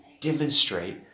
demonstrate